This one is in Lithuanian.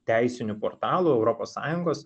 teisinių portalų europos sąjungos